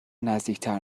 نزدیکتر